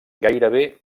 gairebé